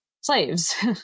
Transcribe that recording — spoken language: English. slaves